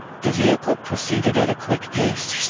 the vehicle proceeded at a quick pace.